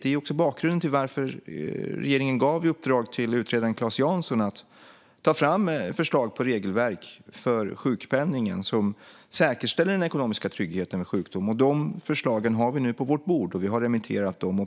Det är också bakgrunden till att regeringen gav i uppdrag till utredaren Claes Jansson att ta fram förslag på regelverk för sjukpenning som säkerställer den ekonomiska tryggheten vid sjukdom. De förslagen har vi nu på vårt bord, och vi har remitterat dem.